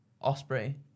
Osprey